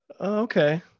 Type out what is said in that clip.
Okay